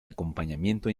acompañamiento